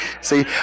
See